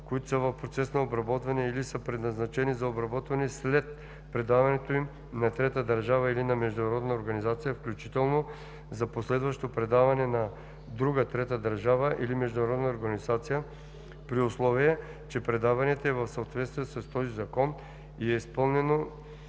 които са в процес на обработване или са предназначени за обработване след предаването им на трета държава или на международна организация, включително за последващо предаване на друга трета държава или международна организация, при условие че предаването е в съответствие с този закон и е изпълнено